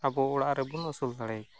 ᱟᱵᱚ ᱚᱲᱟᱜᱨᱮᱵᱚᱱ ᱟᱹᱥᱩᱞ ᱫᱟᱲᱮᱭᱠᱚᱣᱟ